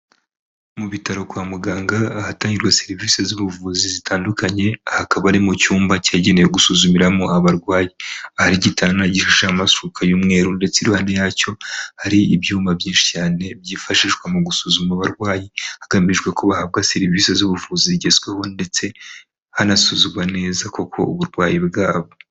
Mu bitaro kwa muganga ahatangirwa serivisi z'ubuvuzi zitandukanye hakaba ari mu cyumba cyagenewe gusuzumiramo abarwayi hari igitanda gifite amashuka y'umweru ndetse iruhande yacyo hari ibyumba byinshi cyane byifashishwa mu gusuzuma abarwayi hagamijwe ko bahabwa serivisi z'ubuvuzi zigezweho ndetse hanasuzumwa neza koko uburwayi bwabo.